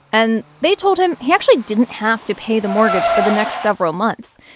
and they told him he actually didn't have to pay the mortgage for the next several months.